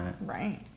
Right